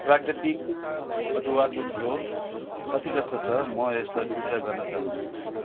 प्राकृतिक अदुवाको धुलो क्षतिग्रस्त छ म यसलाई फिर्ता गर्न चाहन्छु